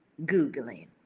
Googling